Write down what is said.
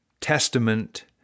testament